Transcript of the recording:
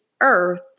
earth